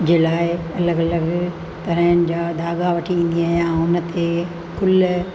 जे लाइ अलॻि अलॻि तरहनि जा धागा वठी ईंदी आहियां उन ते गुल